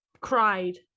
cried